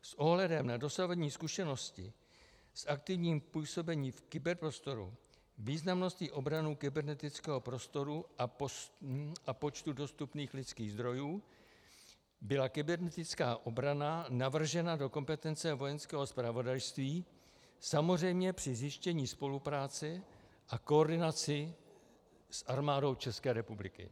S ohledem na dosavadní zkušenosti s aktivním působením v kyberprostoru, významností obrany kybernetického prostoru a počtem dostupných lidských zdrojů byla kybernetická obrana navržena do kompetence Vojenského zpravodajství, samozřejmě při zajištění spolupráce a koordinaci s Armádou České republiky.